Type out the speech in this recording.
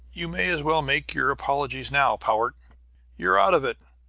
you may as well make your apologies now, powart you're out of it!